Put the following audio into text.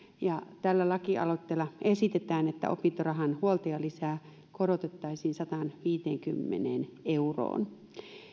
tällä lakialoitteella esitetään että opintorahan huoltajalisää korotettaisiin sataanviiteenkymmeneen euroon